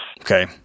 Okay